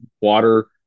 water